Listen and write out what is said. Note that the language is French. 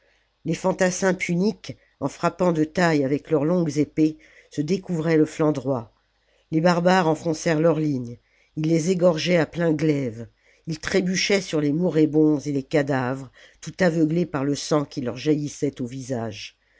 les fantassins puniques en frappant de taille avec leurs longues épées se découvraient le flanc droit les barbares enfoncèrent leurs lignes ils les égorgaient à plein glaive ils trébuchaient sur les moribonds et les cadavres tout aveuglés par le sang qui leur jaillissait au visage